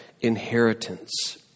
inheritance